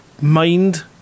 mind